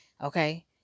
okay